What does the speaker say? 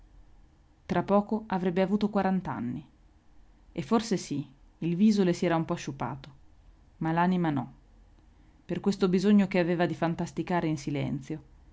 tra poco avrebbe avuto quarant'anni e forse sì il viso le si era un po sciupato ma l'anima no per questo bisogno che aveva di fantasticare in silenzio